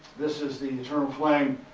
this is the eternal flame.